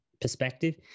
perspective